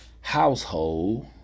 household